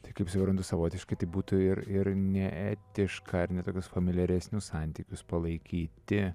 tai kaip suprantu savotiškai tai būtų ir ir neetiška ar ne tokius familiaresnius santykius palaikyti